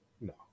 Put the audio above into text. No